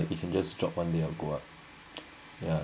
it can just drop one or go up yeah